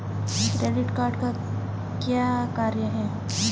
Credit card का क्या कार्य है?